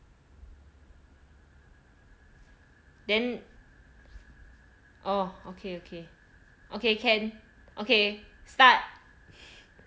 then oh okay okay okay can okay start